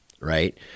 right